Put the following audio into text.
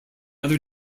other